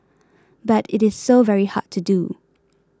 but it is so very hard to do